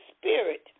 Spirit